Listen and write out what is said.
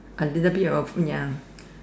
a little bit of ya